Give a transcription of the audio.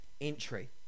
entry